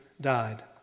died